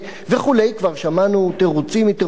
כבר שמענו תירוצים מתירוצים שונים,